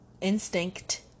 instinct